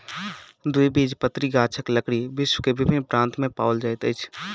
द्विबीजपत्री गाछक लकड़ी विश्व के विभिन्न प्रान्त में पाओल जाइत अछि